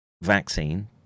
vaccine